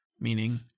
meaning